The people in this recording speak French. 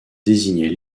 désignait